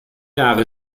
jahre